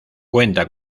cuenta